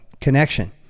connection